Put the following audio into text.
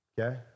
okay